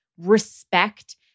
respect